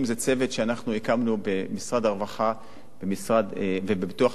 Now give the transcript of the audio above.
שאנחנו הקמנו במשרד הרווחה ובביטוח הלאומי,